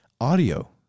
audio